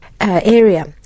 area